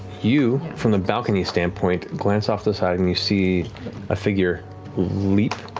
you, from the balcony standpoint, glance off the side and you see a figure leap,